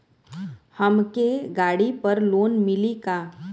हमके गाड़ी पर लोन मिली का?